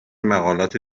مقالات